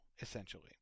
essentially